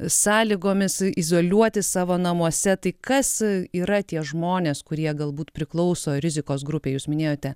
sąlygomis izoliuotis savo namuose tai kas yra tie žmonės kurie galbūt priklauso rizikos grupei jūs minėjote